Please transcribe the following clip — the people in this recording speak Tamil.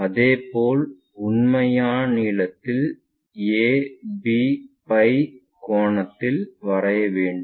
அதேபோல் உண்மையான நீளத்தில் ab ஐ ஃபை கோணத்தில் வரைய வேண்டும்